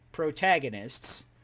protagonists